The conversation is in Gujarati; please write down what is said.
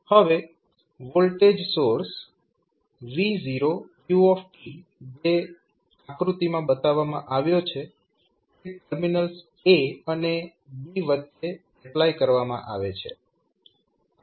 હવે વોલ્ટેજ સોર્સ V0u જે આકૃતિમાં બતાવવામાં આવ્યો છે તે ટર્મિનલ્સ a અને b વચ્ચે એપ્લાય કરવામાં આવે છે